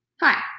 Hi